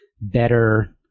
better